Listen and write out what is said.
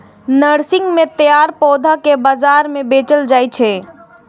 nursery मे तैयार पौधा कें बाजार मे बेचल जाइ छै